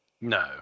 No